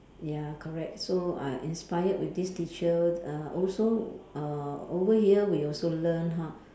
ya correct so I inspired with this teacher uh also uh over here we also learn ho~